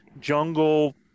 jungle